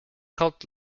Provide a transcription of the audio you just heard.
cult